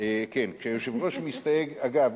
אגב,